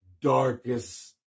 darkest